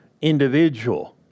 individual